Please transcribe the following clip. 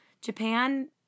Japan